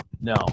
No